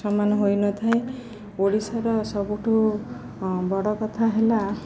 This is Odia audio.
ସମାନ ହୋଇନଥାଏ ଓଡ଼ିଶାର ସବୁଠୁ ବଡ଼ କଥା ହେଲା